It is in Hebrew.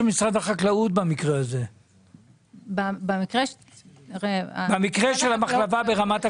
משרד החקלאות במקרה הזה של המחלבה ברמת הגולן?